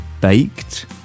baked